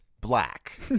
black